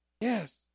Yes